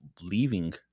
leaving